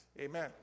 Amen